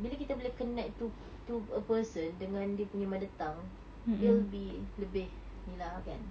bila kita boleh connect to to a person dengan dia punya mother tongue it will be lebih ni lah kan